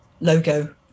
logo